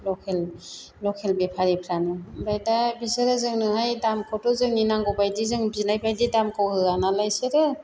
लकेल बेफारिफ्रानो ओमफ्राय दा बिसोरो जोंनोहाय दामखौथ' जोंनि नांगौबायदि जों बिनाय बायदि दामखौ होआ नालाय बिसोरो